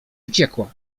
uciekła